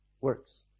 works